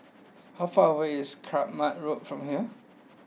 how far away is Kramat Road from here